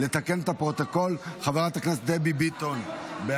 להלן תוצאות ההצבעה: 24